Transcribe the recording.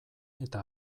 eta